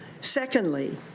Secondly